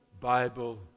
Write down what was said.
Bible